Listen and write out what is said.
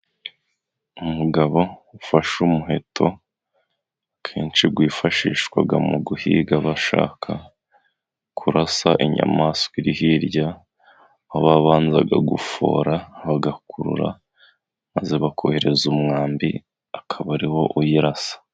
Umugabo ufashe umuheto kenshi wifashishwa mu guhiga bashaka kurasa inyamaswa iri hirya aho babanza gufora bagakurura maze bakohereza umwambi akaba ari wo uyirasa.